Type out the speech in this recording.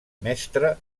mestre